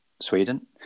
Sweden